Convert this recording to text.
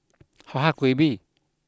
how hard could it be